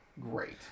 Great